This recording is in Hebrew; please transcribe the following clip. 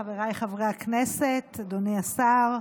חבריי חברי הכנסת, אדוני השר,